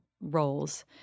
roles